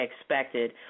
expected